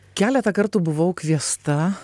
keletą kartų buvau kviesta